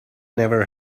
never